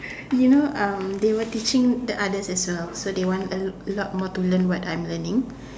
you know um they were teaching the others as well so they want a l~ lot more to learn what I'm learning